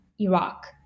Iraq